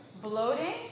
bloating